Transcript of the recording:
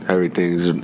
everything's